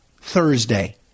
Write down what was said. Thursday